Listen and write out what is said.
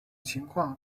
情况